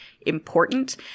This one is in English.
important